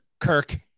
Kirk